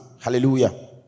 Hallelujah